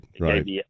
right